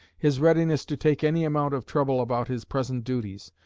his readiness to take any amount of trouble about his present duties,